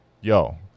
yo